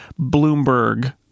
Bloomberg